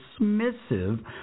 dismissive